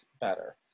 better